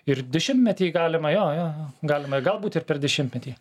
ir dešimtmetį galima jo jo jo galima galbūt ir per dešimtmetį